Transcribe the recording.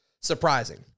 surprising